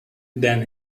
than